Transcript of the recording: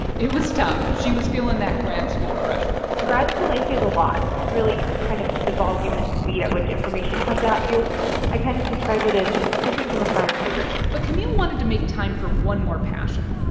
it was tough. she was feeling that grad school pressure grad school life is a lot. really, kind of the volume and speed at which information comes at you i kind of describe it as drinking from a fire hydrant but camille wanted to make time for one more passion.